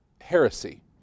heresy